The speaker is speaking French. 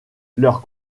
leurs